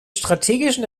strategischen